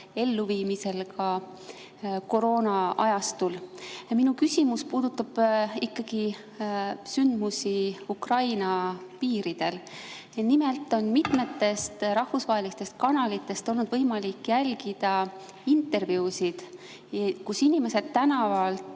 elluviimisel ka koroonaajastul! Minu küsimus puudutab ikkagi sündmusi Ukraina piiridel. Nimelt on mitmetest rahvusvahelistest kanalitest olnud võimalik jälgida intervjuusid, kus inimesed tänavalt